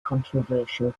controversial